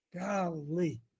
Golly